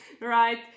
right